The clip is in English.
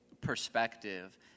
perspective